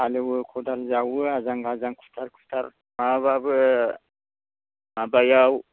हालएवो खदाल जावो आजां गाजां खुथार खुथार माबाबाबो माबायाव